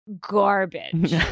garbage